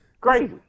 Crazy